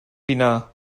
pinar